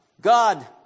God